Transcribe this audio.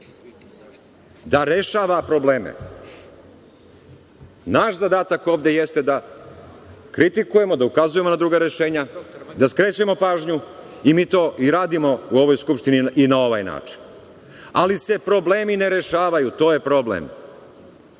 da rešava probleme. Naš zadatak ovde jeste da kritikujemo, da ukazujemo na druga rešenja, da skrećemo pažnju i mi to i radimo u ovoj Skupštini i na ovaj način. Ali se problemi ne rešavaju. To je problem.